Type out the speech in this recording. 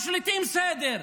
משליטים סדר.